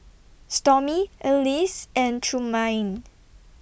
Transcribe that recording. Stormy Alease and Trumaine